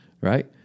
right